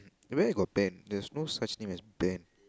where got Ben there's no such name as Ben